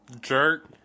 jerk